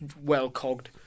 well-cogged